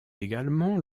également